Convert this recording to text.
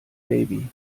baby